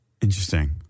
Interesting